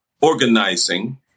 organizing